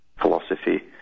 philosophy